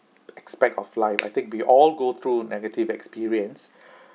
aspect of life I think we all go through negative experience